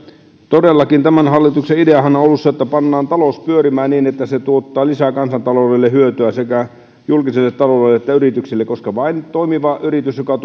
todellakin tämän hallituksen idea on ollut se että pannaan talous pyörimään niin että se tuottaa kansantaloudelle lisää hyötyä sekä julkiselle taloudelle että yrityksille koska vain toimiva yritys joka